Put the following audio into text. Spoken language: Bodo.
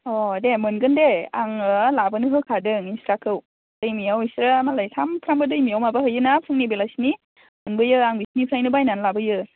अ दे मोनगोन दे आङो लाबोनो होखादों बिसोरखौ दैमायाव बिसोरहा मालाय सानफ्रोमबो दैमायाव माबाहैयोना फुंनि बेलासिनि मोनबोयो आं बिसोरनिफ्रायनो बायनानै लाबोयो